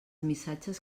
missatges